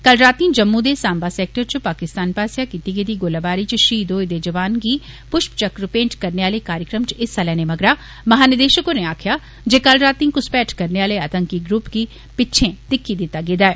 कल रातीं जम्मू दे साम्बा सेक्टर च पाकिस्तान पास्सेआ कीती गेदी गोला बारी च शहीद होए दे जवान दे पुष्प चक्र भेंट करने आले कार्यक्रम च हिस्सा लैने मगरा महा निदेशक होरें आक्खेआ जे कल राती घूसपैठ करने आले आतंकी ग्रूप गी पिच्छें धिक्की दिता गेदा ऐ